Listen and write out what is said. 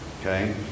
Okay